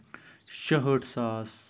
شُہٲٹھ ساس